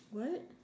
what